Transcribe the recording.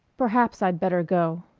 perhaps i'd better go.